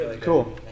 Cool